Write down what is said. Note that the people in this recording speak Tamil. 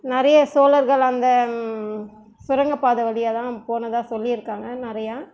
நிறையே சோழர்கள் அந்த சுரங்க பாதை வழியாக தான் போனதாக சொல்லி இருக்காங்க நிறையா